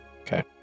Okay